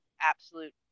absolute